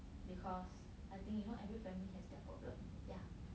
because I think you know every family has their problem yeah